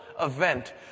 event